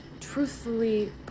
truthfully